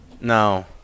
No